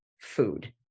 food